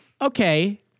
okay